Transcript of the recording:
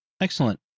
Excellent